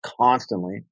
constantly